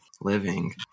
living